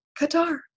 qatar